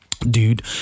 Dude